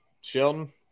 Sheldon